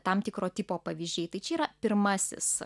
tam tikro tipo pavyzdžiai tai čia yra pirmasis